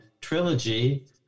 trilogy